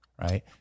right